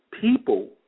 people